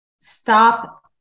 stop